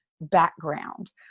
background